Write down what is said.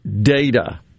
data